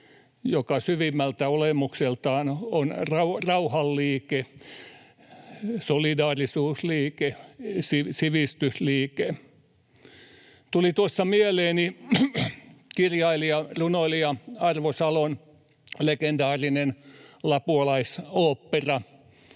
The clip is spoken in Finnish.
joka syvimmältä olemukseltaan on rauhanliike, solidaarisuusliike, sivistysliike. Tuli tuossa mieleeni kirjailija, runoilija Arvo Salon legendaarinen Lapualaisooppera,